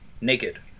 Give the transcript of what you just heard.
naked